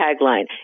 tagline